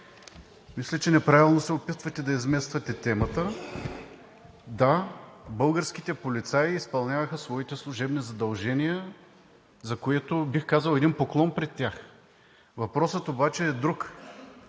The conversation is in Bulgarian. мисля, че неправилно се опитвате да измествате темата. Да, българските полицаи изпълняваха своите служебни задължения, за което, бих казал, един поклон пред тях! Въпросът обаче е друг: